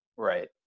Right